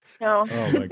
No